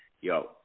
yo